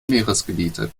meeresgebiete